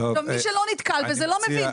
ומי שלא נתקל בזה לא מבין.